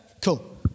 cool